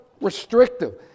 restrictive